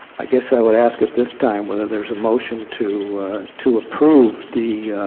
i guess i would ask at this time whether there is a motion to to approve the